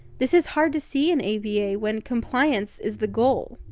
this is hard to see in aba, when compliance is the goal.